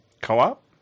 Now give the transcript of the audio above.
Co-op